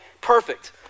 perfect